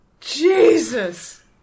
Jesus